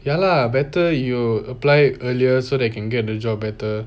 ya lah better you apply earlier so can get a job better